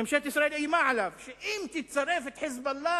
ממשלת ישראל איימה עליו שאם הוא יצרף את "חיזבאללה",